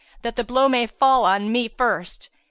that the blow may fall on me first,